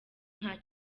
nta